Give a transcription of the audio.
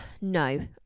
No